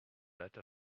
letter